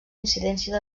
incidència